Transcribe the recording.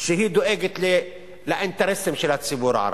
שהיא דואגת לאינטרסים של הציבור הערבי,